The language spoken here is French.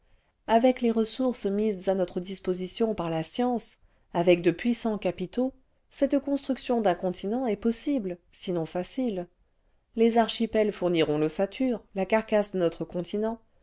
avec les ressources mises à notre disposition par la science avec cle puissants capitaux cette construction d'un continent est possible sinon facile tes archipels fourniront l'ossature la carcasse de notre continent